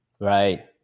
Right